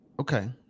Okay